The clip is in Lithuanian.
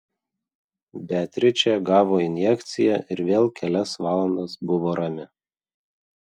beatričė gavo injekciją ir vėl kelias valandas buvo rami